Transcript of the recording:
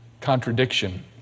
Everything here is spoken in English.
contradiction